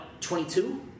22